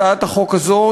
הצעת החוק הזאת,